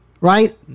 Right